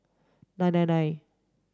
nine nine nine